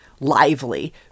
lively